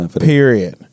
Period